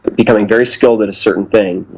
becoming very skilled at a certain thing,